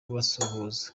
kubasuhuza